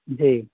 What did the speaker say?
जी